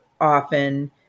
often